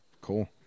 cool